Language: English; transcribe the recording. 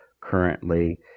Currently